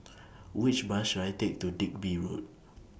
Which Bus should I Take to Digby Road